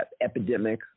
epidemic